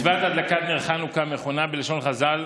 מצוות הדלקת נר חנוכה מכונה בלשון חז"ל